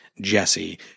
Jesse